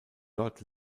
dort